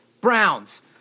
Browns